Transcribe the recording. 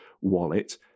wallet